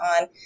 on